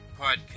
podcast